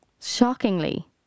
shockingly